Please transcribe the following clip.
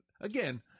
again